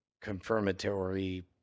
confirmatory